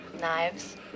Knives